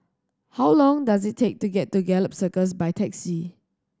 how long does it take to get to Gallop Circus by taxi